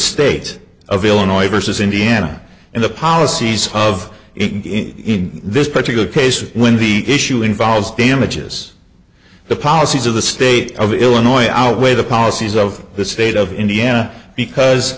state of illinois versus indiana and the policies of this particular case when the issue involves damages the policies of the state of illinois outweigh the policies of the state of indiana because